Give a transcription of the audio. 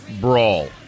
brawl